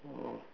oh